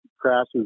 crashes